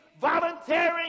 volunteering